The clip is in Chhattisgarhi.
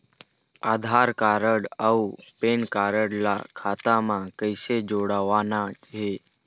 आधार कारड अऊ पेन कारड ला खाता म कइसे जोड़वाना हे?